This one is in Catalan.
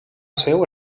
seu